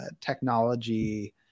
technology